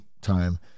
time